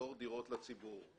למכור דירות לציבור.